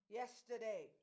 yesterday